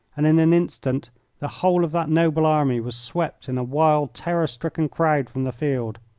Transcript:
and in an instant the whole of that noble army was swept in a wild, terror-stricken crowd from the field.